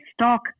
stock